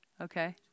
Okay